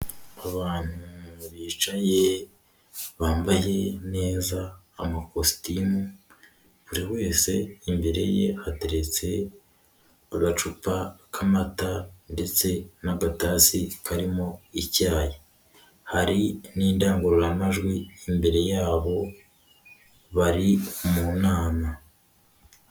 Abantu bicaye bambaye neza amakositimu buri wese imbere ye aterete gacupa k'amata ndetse n'agatasi karimo icyayi, hari n'indangururamajwi imbere yabo bari mu nama.